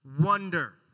Wonder